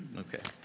okay.